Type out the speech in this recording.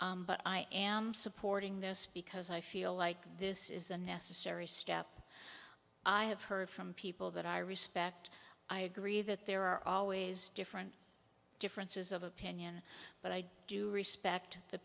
but i am supporting this because i feel like this is a necessary step i have heard from people that i respect i agree that there are always different differences of opinion but i do respect the